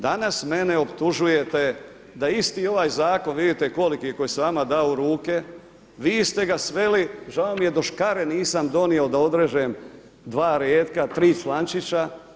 Danas mene optužujete da isti ovaj zakon, vidite koliki je koji sam vama dao u ruke, vi ste ga sveli žao mi je da škare nisam donio da odrežem dva retka, tri člančića.